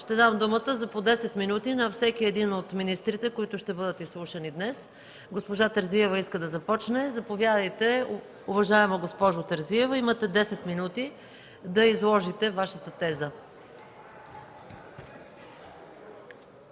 ще дам думата за по 10 минути на всеки един от министрите, които ще бъдат изслушани днес. Госпожа Терзиева иска да започне – заповядайте, уважаема госпожо Терзиева. Можете да изложите Вашата теза.